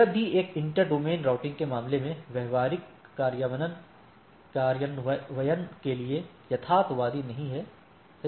यह भी एक इंटर डोमेन राउटिंग के मामले में व्यावहारिक कार्यान्वयन के लिए यथार्थवादी नहीं है सही है